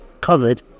covered